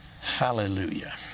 Hallelujah